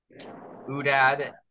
udad